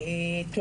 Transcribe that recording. היי,